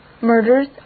murders